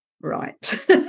right